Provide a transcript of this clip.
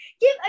Give